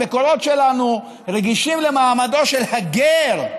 המקורות שלנו רגישים למעמדו של הגר.